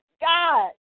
God